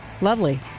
Lovely